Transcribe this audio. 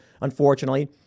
unfortunately